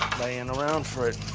laying around for it.